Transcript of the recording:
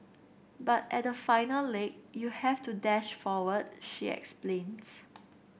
but at the final leg you have to dash forward she explains